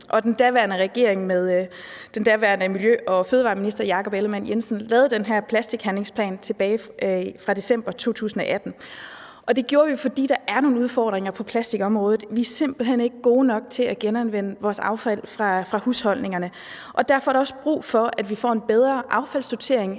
den daværende miljø- og fødevareminister, Jakob Ellemann-Jensen, lavede den her plastikhandlingsplan fra december 2018. Det gjorde vi, fordi der er nogle udfordringer på plastikområdet. Vi er simpelt hen ikke gode nok til at genanvende vores affald fra husholdningerne. Derfor er der også brug for, at vi får en bedre affaldssortering,